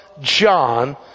John